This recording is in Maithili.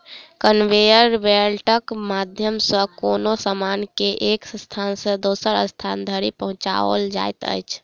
कन्वेयर बेल्टक माध्यम सॅ कोनो सामान के एक स्थान सॅ दोसर स्थान धरि पहुँचाओल जाइत अछि